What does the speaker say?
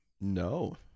no